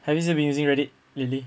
have you still been using Reddit lately